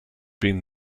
been